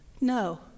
no